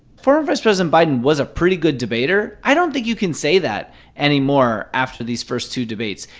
former vice president biden was a pretty good debater. i don't think you can say that anymore after these first two debates.